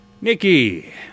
Nikki